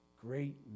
Great